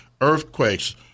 earthquakes